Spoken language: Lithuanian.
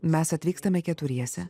mes atvykstame keturiese